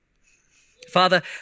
Father